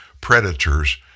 predators